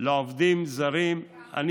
לעובדים זרים, כמה?